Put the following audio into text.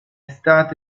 stato